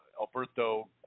Alberto